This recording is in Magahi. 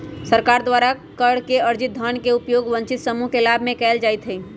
सरकार द्वारा कर से अरजित धन के उपयोग वंचित समूह के लाभ में कयल जाईत् हइ